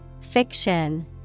Fiction